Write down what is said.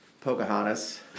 Pocahontas